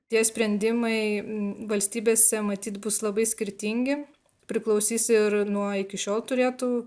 tie sprendimai valstybėse matyt bus labai skirtingi priklausys ir nuo iki šiol turėtų